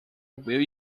will